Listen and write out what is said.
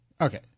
Okay